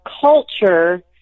culture